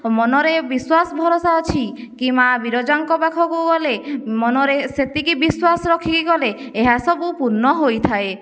ମନରେ ବିଶ୍ୱାସ ଭରସା ଅଛି କି ମା' ବିରଜାଙ୍କ ପାଖକୁ ଗଲେ ମନରେ ସେତିକି ବିଶ୍ୱାସ ରଖିକି ଗଲେ ଏହାସବୁ ପୂର୍ଣ୍ଣ ହୋଇଥାଏ